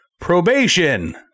probation